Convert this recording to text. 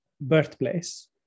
birthplace